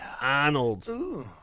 Arnold